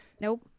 Nope